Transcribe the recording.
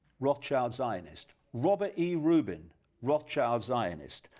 rothschild zionist, robert e. reuben rothschild zionist,